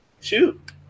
shoot